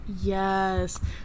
yes